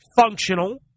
functional